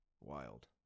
Wild